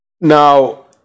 Now